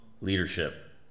leadership